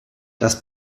das